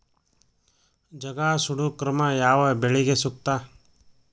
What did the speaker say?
ಜಗಾ ಸುಡು ಕ್ರಮ ಯಾವ ಬೆಳಿಗೆ ಸೂಕ್ತ?